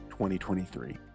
2023